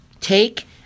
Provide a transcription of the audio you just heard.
Take